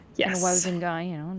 Yes